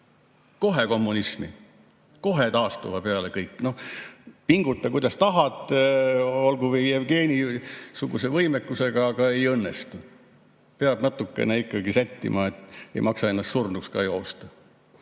Kohe kommunismi. Kohe taastuva peale kõik. No pinguta, kuidas tahad, olgu või Jevgeni-suguse võimekusega, aga ei õnnestu. Peab natukene ikkagi sättima, ei maksa ennast surnuks ka joosta.